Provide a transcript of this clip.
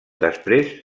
després